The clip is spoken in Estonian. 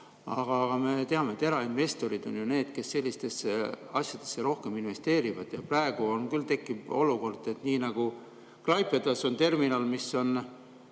aga me teame, et erainvestorid on ju need, kes sellistesse asjadesse rohkem investeerivad. Praegu on küll tekkinud olukord, et nii nagu Klaipedas on terminal, mis on